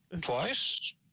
Twice